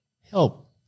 help